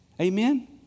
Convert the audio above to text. Amen